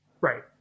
right